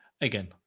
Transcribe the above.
Again